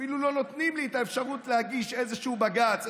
אפילו לא נותנים לי את האפשרות להגיש איזשהו בג"ץ,